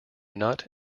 nut